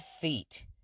feet